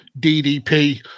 DDP